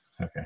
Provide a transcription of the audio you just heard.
Okay